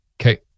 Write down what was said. Okay